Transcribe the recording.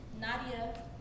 Nadia